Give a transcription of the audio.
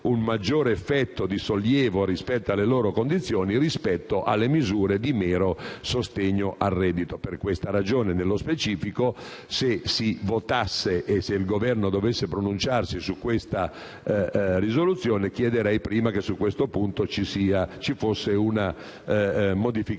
un maggiore effetto di sollievo sulle loro condizioni rispetto alle misure di mero sostegno al reddito. Per questa ragione, nello specifico, se si votasse e se il Governo dovesse pronunciarsi su questa proposta di risoluzione, chiederei prima che su questo punto ci fosse una modificazione.